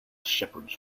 shepherds